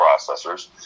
processors